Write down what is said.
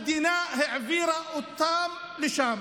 המדינה העבירה אותם לשם.